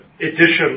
edition